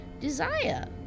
desire